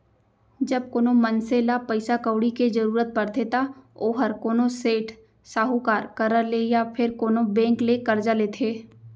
जब कोनो मनसे ल पइसा कउड़ी के जरूरत परथे त ओहर कोनो सेठ, साहूकार करा ले या फेर कोनो बेंक ले करजा लेथे